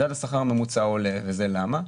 מדד השכר הממוצע עולה, וזה למה?